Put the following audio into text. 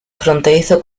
fronterizo